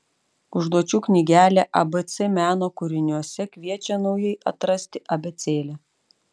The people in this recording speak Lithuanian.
užduočių knygelė abc meno kūriniuose kviečia naujai atrasti abėcėlę